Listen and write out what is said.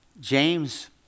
James